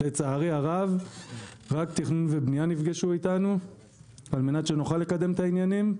לצערי הרב רק תכנון ובנייה נפגשו איתנו על מנת שנוכל לקדם את העניינים.